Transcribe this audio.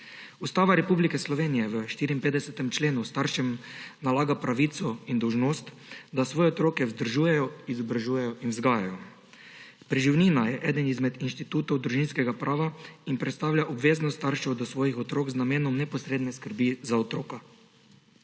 Ustava Republike Slovenije v 54. členu staršem nalaga pravico in dolžnost, da svoje otroke vzdržujejo, izobražujejo in vzgajajo. Preživnina je eden izmed inštitutov družinskega prava in predstavlja obveznost staršev do svojih otrok z namenom neposredne skrbi za otroka.